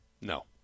No